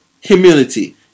humility